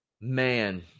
man